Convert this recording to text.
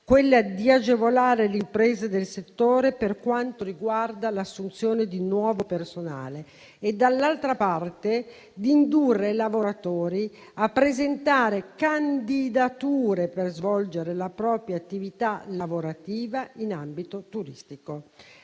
quella di agevolare le imprese del settore per quanto riguarda l'assunzione di nuovo personale; dall'altra, di indurre i lavoratori a presentare candidature per svolgere la propria attività lavorativa in ambito turistico.